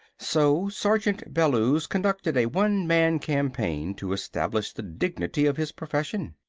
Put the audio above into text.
so sergeant bellews conducted a one-man campaign to establish the dignity of his profession.